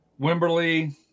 Wimberley